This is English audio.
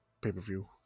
pay-per-view